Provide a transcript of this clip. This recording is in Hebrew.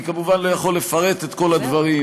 אני כמובן לא יכול לפרט את כל הדברים,